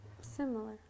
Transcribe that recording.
Similar